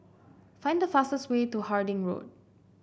find the fastest way to Harding Road